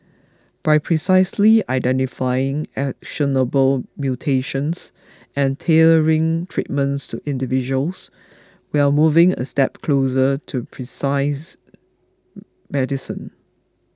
by precisely identifying actionable mutations and tailoring treatments to individuals we are moving a step closer to medicine